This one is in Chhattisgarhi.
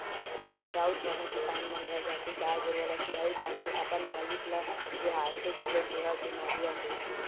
राउत मन ह किसान मन घर जाके गाय गरुवा ल सुहाई बांध के अपन मालिक ल जोहारथे घलोक दोहा के माधियम ले